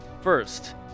First